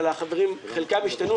אבל החברים חלקם השתנו,